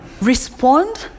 respond